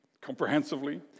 comprehensively